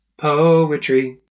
poetry